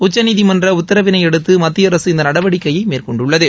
உச்சநீதிமன்ற உத்தரவினையடுத்து மத்திய அரசு இந்த நடவடிக்கையை மேற்கொண்டுள்ளது